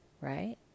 right